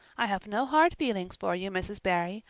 i have no hard feelings for you, mrs. barry.